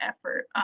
effort